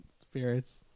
spirits